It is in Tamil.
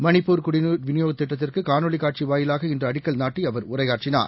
மணிப்பூர் குடிநீர் விநியோக திட்டத்திற்கு காணொலி காட்சி வாயிலாக இன்று அடிக்கல் நாட்டி அவர் உரையாற்றினார்